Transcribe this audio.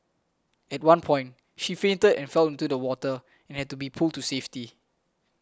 at one point she fainted and fell into the water and had to be pulled to safety